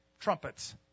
trumpets